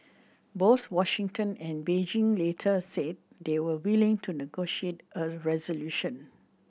both Washington and Beijing later said they were willing to negotiate a resolution